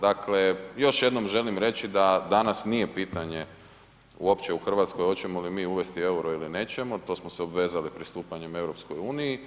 Dakle, još jednom želim reći da danas nije pitanje uopće u Hrvatskoj hoćemo li mi uvesti EUR-o ili nećemo, to smo se obvezali pristupanjem EU.